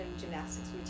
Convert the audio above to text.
gymnastics